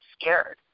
scared